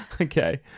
Okay